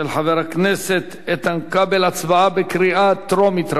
של חבר הכנסת איתן כבל, הצבעה בקריאה טרומית.